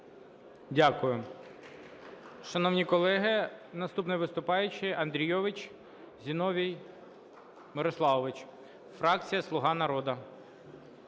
Дякую. Шановні колеги, наступний виступаючий Андрійович Зіновій Мирославович, фракція "Слуга народу".